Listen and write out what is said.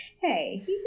Hey